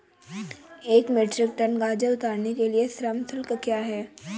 एक metric tonne गाजर उतारने के लिए श्रम शुल्क क्या है?